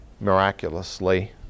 miraculously